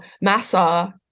Massa